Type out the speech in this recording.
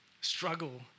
struggle